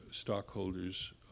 stockholders